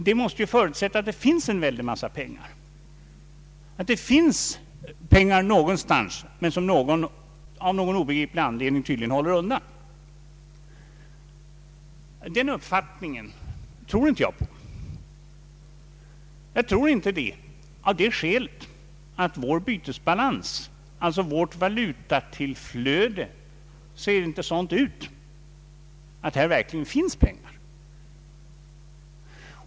Detta måste förutsätta att det finns en väldig massa pengar, att det finns pengar någonstans som tydligen någon, av obegriplig anledning, håller undan. Den uppfattningen delar jag inte, av det skälet att vårt valutatillflöde inte är sådant att det ger tillräckligt med pengar.